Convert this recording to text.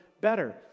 better